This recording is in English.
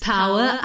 Power